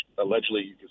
allegedly